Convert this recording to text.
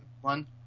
one